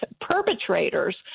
perpetrators